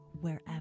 wherever